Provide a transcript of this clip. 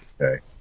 Okay